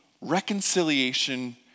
reconciliation